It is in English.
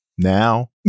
now